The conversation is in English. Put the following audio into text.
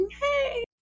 hey